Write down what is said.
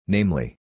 Namely